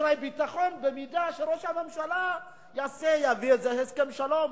אשראי ביטחון: במידה שראש הממשלה יביא הסכם שלום,